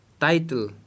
title